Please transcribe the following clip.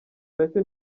nacyo